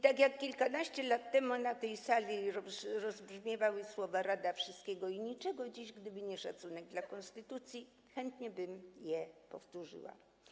Tak jak kilkanaście lat temu na tej sali rozbrzmiewały słowa „rada wszystkiego i niczego”, tak dziś, gdyby nie szacunek dla konstytucji, chętnie bym je powtórzyła.